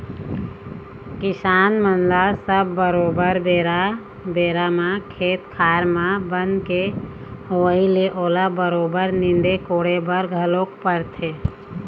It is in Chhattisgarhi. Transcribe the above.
किसान मन ल सब बरोबर बेरा बेरा म खेत खार म बन के होवई ले ओला बरोबर नींदे कोड़े बर घलोक परथे